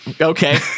okay